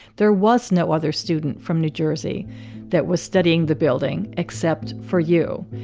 there was no other student from new jersey that was studying the building except for you.